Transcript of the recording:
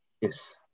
Yes